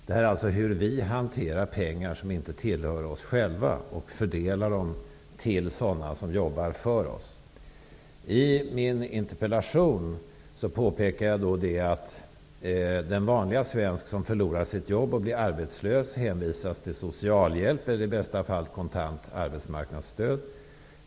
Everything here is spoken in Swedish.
Det är fråga om hur vi hanterar pengar som inte tillhör oss själva och fördelar dem till sådana som jobbar för oss. I min interpellation påpekade jag att den vanliga svensk som förlorar sitt jobb och blir arbetslös hänvisas till socialhjälp eller i bästa fall till kontant arbetsmarknadsstöd.